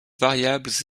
variables